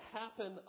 happen